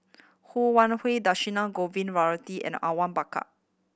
Ho Wan Hui Dhershini Govin Winodan and Awang Bakar